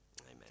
Amen